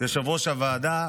יושב-ראש הוועדה,